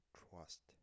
trust